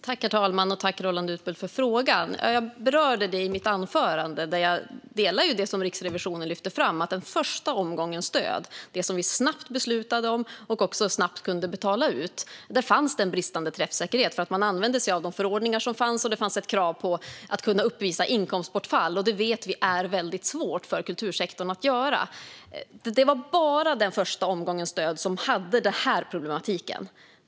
Herr talman! Tack, Roland Utbult, för frågan! Jag berörde detta i mitt anförande, och jag delar den syn som Riksrevisionen lyfte fram: I den första omgången stöd, det som vi snabbt beslutade om och också snabbt kunde betala ut, fanns en bristande träffsäkerhet. Man använde sig av de förordningar som fanns, och det fanns ett krav på att kunna uppvisa inkomstbortfall, vilket vi vet är väldigt svårt för kultursektorn. Det var bara den första omgången stöd som hade denna problematik.